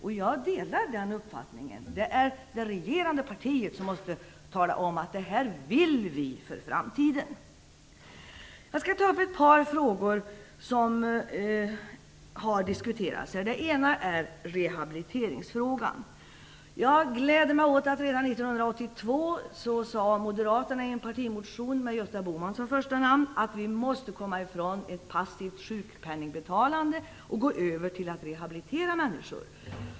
Jag delar den uppfattningen. Det regerande partiet måste tala om vad det vill för framtiden. Jag skall ta upp ett par frågor som här har diskuterats. Den ena är rehabliliteringsfrågan Jag gläder mig åt att Moderaterna i en partimotion med Gösta Bohman som första namn redan 1982 sade att vi måste komma ifrån ett passivt sjukpenningbetalande och gå över till att rehabilitera människor.